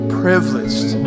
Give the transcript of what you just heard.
privileged